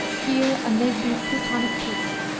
here, amid these plutonic peaks,